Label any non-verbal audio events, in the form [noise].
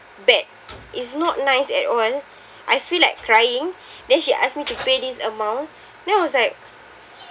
bad it's not nice at all I feel like crying [breath] then she asked me to pay this amount then I was like